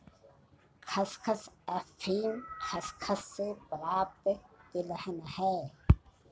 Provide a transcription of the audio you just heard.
खसखस अफीम खसखस से प्राप्त तिलहन है